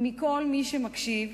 ומכל מי שמקשיב,